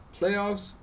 playoffs